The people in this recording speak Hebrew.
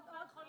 הפריפריאליות.